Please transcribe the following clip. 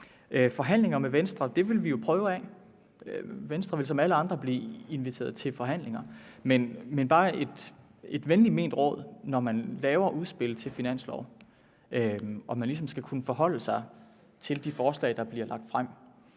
Forhandlinger med Venstre vil vi prøve af. Venstre vil som alle andre blive inviteret til forhandlinger. Men bare et venligt ment råd: Når man laver udspil til finanslov og man ligesom skal kunne forholde sig til de forslag, der bliver lagt frem,